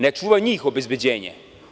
Ne čuva njih obezbeđenje.